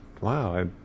wow